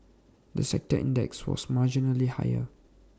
the sector index was marginally higher